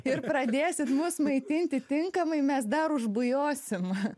ir pradėsit mus maitinti tinkamai mes dar užbujosim